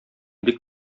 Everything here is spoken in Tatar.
бик